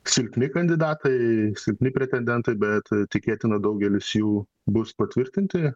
silpni kandidatai silpni pretendentai bet tikėtina daugelis jų bus patvirtinti